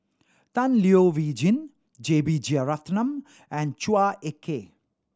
Tan Leo Wee Hin J B Jeyaretnam and Chua Ek Kay